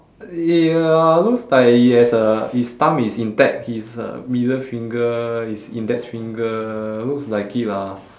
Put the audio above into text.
ya looks like he has a his thumb is intact his uh middle finger his index finger looks like it lah